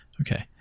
Okay